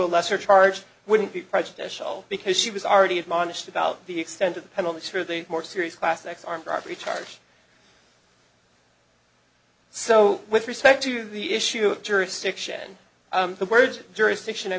a lesser charge wouldn't be prejudicial because she was already of modest about the extent of the penalties for the more serious class next armed robbery charge so with respect to the issue of jurisdiction the words jurisdiction i